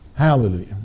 Hallelujah